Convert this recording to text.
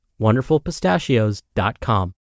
WonderfulPistachios.com